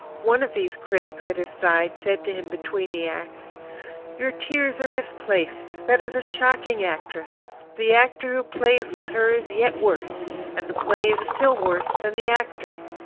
one of these critics at his side said to him between the acts your tears are misplaced that is a shocking actress the actor who plays with her is yet worse and the play is still worse than the actors.